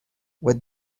what